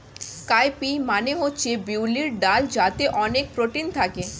cow পি মানে হচ্ছে বিউলির ডাল যাতে অনেক প্রোটিন থাকে